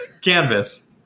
Canvas